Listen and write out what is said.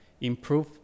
improve